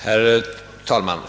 Herr talman!